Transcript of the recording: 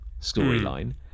storyline